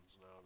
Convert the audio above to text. now